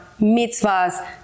mitzvahs